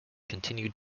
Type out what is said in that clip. continued